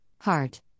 heart